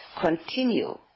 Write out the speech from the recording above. continue